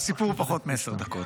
הסיפור הוא פחות מעשר דקות.